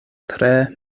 tre